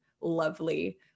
lovely